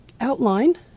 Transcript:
outline